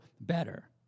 better